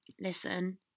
Listen